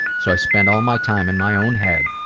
so i spend all my time in my own head.